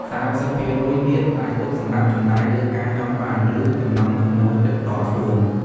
៣០% ទៀត អាចទុកសម្រាប់ចំណាយលើការចង់បាន ឬចំណង់ចំណូលចិត្តផ្ទាល់ខ្លួន។